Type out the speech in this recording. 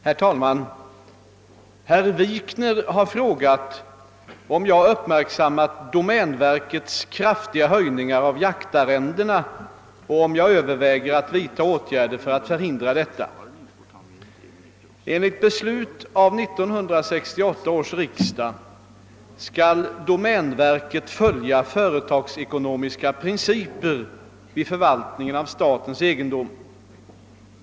Herr talman! Herr Wikner har frågat om jag uppmärksammat domänverkets kraftiga höjningar av jaktarrendena och om jag överväger att vidta åtgärder för att förhindra detta. Enligt beslut av 1968 års riksdag skall domänverket följa företagsekonomiska principer vid förvaltningen av statens egendom.